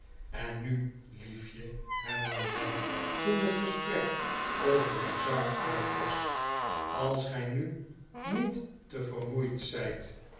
en nu liefje hernam hij toen het gesprek over bazzard uit was als gij nu niet te vermoeid zijt